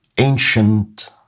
ancient